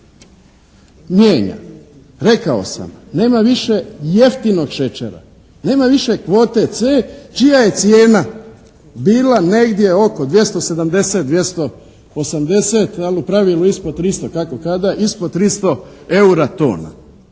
mijenja. Rekao sam, nema više jeftinog šećera, nema više kvote C čija je cijena bila negdje oko 270, 280 ali u pravilu ispod 300 kako kada, ispod 300 eura tona.